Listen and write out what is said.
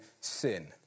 sin